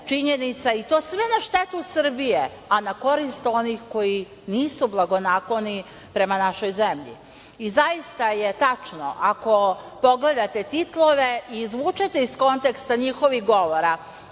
činjenica i to sve na štetu Srbije, a na korist onih koji nisu blagonakloni prema našoj zemlji. Zaista je tačno, ako pogledate titlove i izvučete iz konteksta njihovih govora